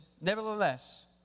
nevertheless